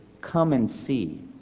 come-and-see